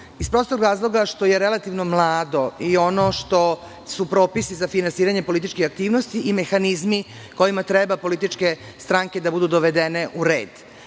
Iz prostog razloga što je relativno mlado i ono što su propisi za finansiranje političkih aktivnosti i mehanizmi kojima treba političke stranke da budu dovedene u red,